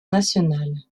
nationale